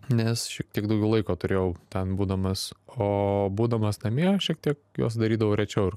nes šiek tiek daugiau laiko turėjau ten būdamas o būdamas namie šiek tiek juos darydavau rečiau ir